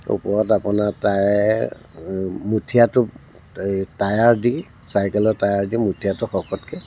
ওপৰত আপোনাৰ টায়াৰ মুঠিয়াটো এই টায়াৰ দি চাইকেলৰ টায়াৰ দি মুঠিয়াটো শকতকৈ